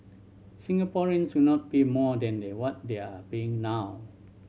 Singaporeans will not pay more than what they are paying now